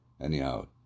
Anyhow